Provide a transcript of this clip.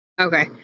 Okay